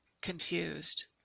confused